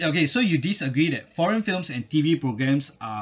okay so you disagree that foreign films and T_V programmes are